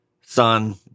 son